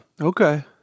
Okay